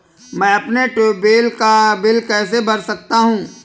मैं अपने ट्यूबवेल का बिल कैसे भर सकता हूँ?